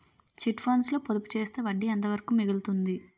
Chit funds లో పొదుపు చేస్తే వడ్డీ ఎంత వరకు మిగులుతుంది?